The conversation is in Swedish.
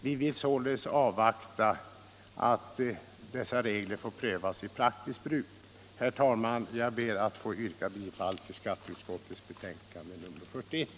Vi vill således avvakta att dessa regler prövas i praktiskt bruk. Herr talman! Jag ber att få yrka bifall till skatteutskottets betänkande nr 41.